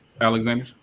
Alexander